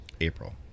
April